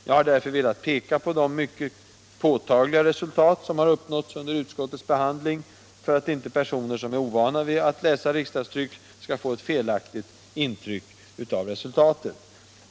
Jag har därför velat peka på de mycket påtagliga resultat som har uppnåtts under utskottets behandling, för att inte personer som är ovana vid att läsa riksdagstryck skall få ett felaktigt intryck av resultaten.